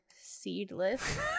seedless